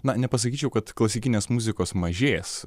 na nepasakyčiau kad klasikinės muzikos mažės